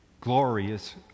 glorious